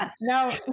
No